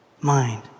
mind